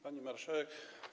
Pani Marszałek!